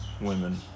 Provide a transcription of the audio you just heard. women